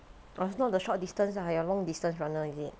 oh it's not the short distance ah you're a long distance runner is it